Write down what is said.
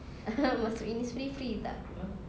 masuk innisfree free tak